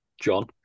John